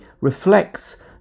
reflects